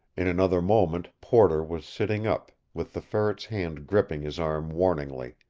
in another moment porter was sitting up, with the ferret's hand gripping his arm warningly.